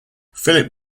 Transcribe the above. philip